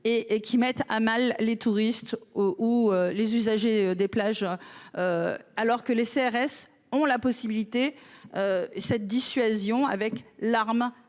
et qui mettent à mal les touristes au ou les usagers des plages, alors que les CRS ont la possibilité, cette dissuasion avec l'arme